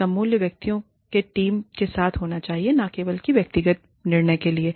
इसका मूल्य व्यक्तियों की टीम के साथ होना चाहिए न कि केवल व्यक्तिगत निर्णय के लिए